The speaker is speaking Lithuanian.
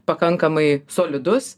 pakankamai solidus